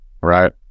right